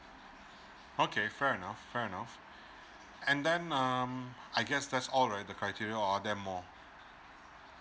okay fair enough fair enough and then um i guess that's all right the criteria or are there more